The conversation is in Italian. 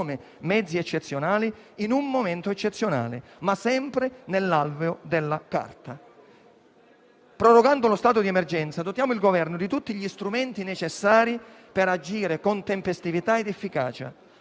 come mezzi eccezionali in un momento eccezionale, ma sempre nell'alveo della Carta. Prorogando lo stato di emergenza, dotiamo il Governo di tutti gli strumenti necessari per agire con tempestività ed efficacia.